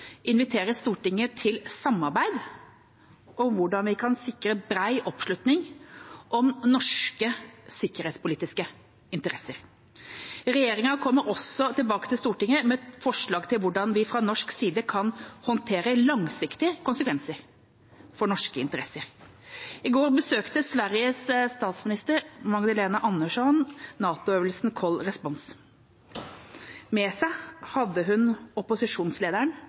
invitere Stortinget til samarbeid om hvordan vi kan sikre brei oppslutning om norske sikkerhetspolitiske interesser. Regjeringa kommer også tilbake til Stortinget med forslag til hvordan vi fra norsk side kan håndtere langsiktige konsekvenser for norske interesser. I går besøkte Sveriges statsminister, Magdalena Andersson, NATO-øvelsen Cold Response. Med seg hadde hun opposisjonslederen,